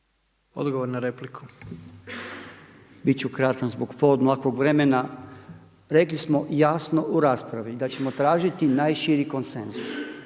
Robert (MOST)** Biti ću kratak zbog poodmaklog vremena. Rekli smo jasno u raspravi da ćemo tražiti najširi konsenzus,